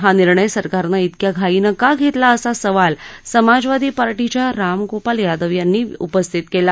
हा निर्णय सरकारनं तेक्या घाईनं का घरिमा असा सवाल समाजवादी पार्टीच्या रामगोपाल यादव यांनी उपस्थित कला